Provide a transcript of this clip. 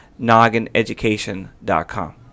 noggineducation.com